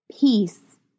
peace